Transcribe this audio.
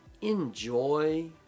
Enjoy